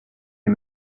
les